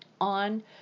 on